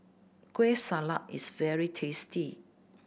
Kueh Salat is very tasty